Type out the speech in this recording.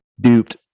duped